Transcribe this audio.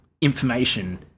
information